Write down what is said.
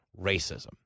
Racism